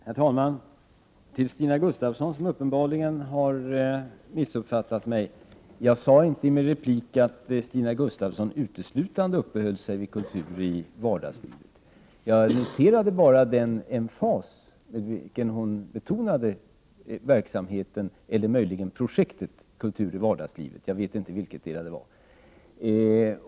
Herr talman! Stina Gustavsson har uppenbarligen missuppfattat mig. Jag sade inte i min replik att Stina Gustavsson uteslutande uppehöll sig vid kultur i vardagslivet. Jag noterade bara den emfas med vilken hon betonade verksamheten, eller möjligen projektet Kultur i vardagslivet — jag vet inte vilket som avsågs.